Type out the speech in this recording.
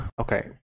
Okay